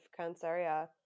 Canceria